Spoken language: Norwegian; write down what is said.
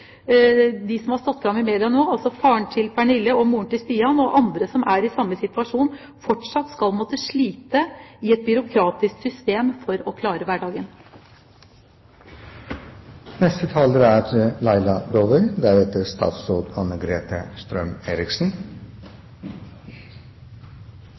de som har stått fram i media nå, altså faren til Pernille og moren til Stian, og andre som er i samme situasjon, fortsatt skal måtte slite i et byråkratisk system for å klare